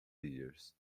years